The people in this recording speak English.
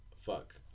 Fuck